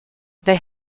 they